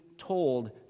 told